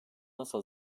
nasıl